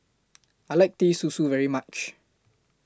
I like Teh Susu very much